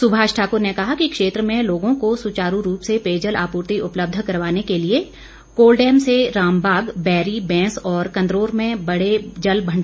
सुभाष ठाकुर ने कहा कि क्षेत्र में लोगों को सुचारू रूप से पेयजल आपूर्ति उपलब्ध करवाने के लिए कोलडैम से रामबाग बैरी बैंस और कंदरौर में बड़े जल भंडारण टैंक बनाए गए हैं